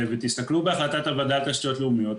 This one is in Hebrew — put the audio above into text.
ותסתכלו בהחלטת הוועדה לתשתיות לאומיות,